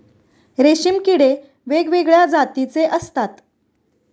रेशीम किडे वेगवेगळ्या जातीचे असतात